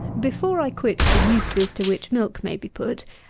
before i quit the uses to which milk may be put,